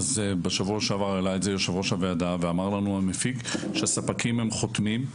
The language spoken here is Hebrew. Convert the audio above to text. בשבוע שעבר העלה את זה יושב-ראש הוועדה ואמר לנו המפיק שהספקים חותמים.